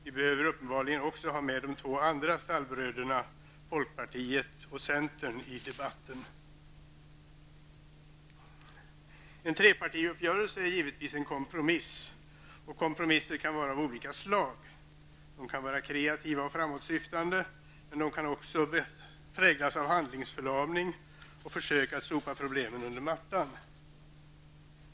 Vi behöver uppenbarligen också ha med de andra två stallbröderna, folkpartiet och centern i debatten. En trepartiuppgörelse är givetvis en kompromiss. Kompromisser kan vara av olika slag. De kan vara kreativa och framåtsyftande, men de kan också präglas av handlingsförlamning och försök att sopa problemen under mattan.